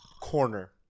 corner